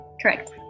Correct